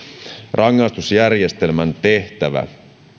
rangaistusjärjestelmän tehtävä